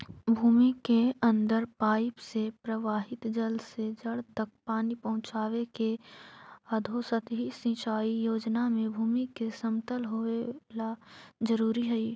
भूमि के अंदर पाइप से प्रवाहित जल से जड़ तक पानी पहुँचावे के अधोसतही सिंचाई योजना में भूमि के समतल होवेला जरूरी हइ